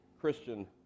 Christian